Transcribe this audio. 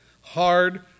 hard